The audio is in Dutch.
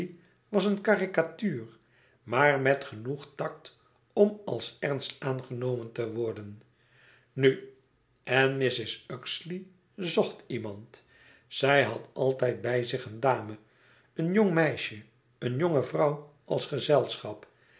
was een karikatuur maar met genoeg tact om als ernst aangenomen te worden nu en mrs uxeley zocht iemand zij had altijd bij zich een dame een jong meisje een jonge vrouw als gezelschap